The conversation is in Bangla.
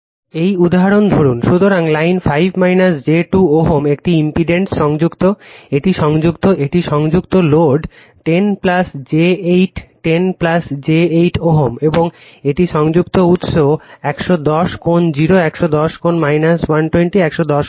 এই উদাহরণ ধরুন সুতরাং লাইন 5 j 2 Ω একটি ইম্পিডেন্স সংযুক্ত এটি সংযুক্ত এটি সংযুক্ত লোড 10 j 8 10 j 8 Ω এবং এটি সংযুক্ত উত্স 110 কোণ 0 110 কোণ 120 110 240